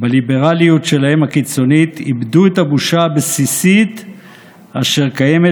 שלהם איבדו את הבושה הבסיסית אשר קיימת